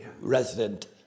resident